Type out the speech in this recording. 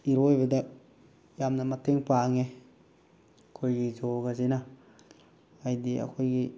ꯏꯔꯣꯏꯕꯗ ꯌꯥꯝꯅ ꯃꯇꯦꯡ ꯄꯥꯡꯉꯦ ꯑꯩꯈꯣꯏꯒꯤ ꯌꯣꯒꯥꯁꯤꯅ ꯍꯥꯏꯗꯤ ꯑꯩꯈꯣꯏꯒꯤ